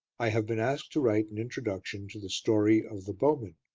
i have been asked to write an introduction to the story of the bowmen,